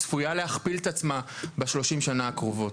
צפויה להכפיל את עצמה ב-30 שנה הקרובות.